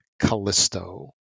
Callisto